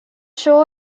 show